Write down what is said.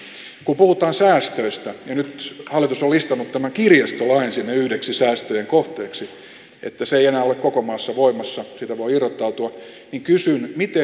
kun puhutaan säästöistä ja hallitus nyt on listannut tämän kirjastolain sinne yhdeksi säästöjen kohteeksi että se ei enää ole koko maassa voimassa siitä voi irrottautua niin kysyn